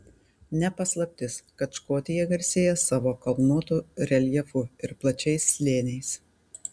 ne paslaptis kad škotija garsėja savo kalnuotu reljefu ir plačiais slėniais